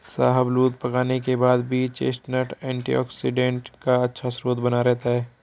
शाहबलूत पकाने के बाद भी चेस्टनट एंटीऑक्सीडेंट का अच्छा स्रोत बना रहता है